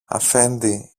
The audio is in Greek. αφέντη